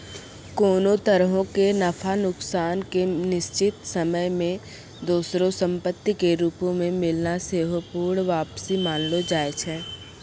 कोनो तरहो के नफा नुकसान के निश्चित समय मे दोसरो संपत्ति के रूपो मे मिलना सेहो पूर्ण वापसी मानलो जाय छै